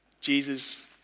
Jesus